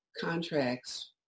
contracts